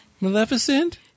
Maleficent